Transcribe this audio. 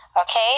Okay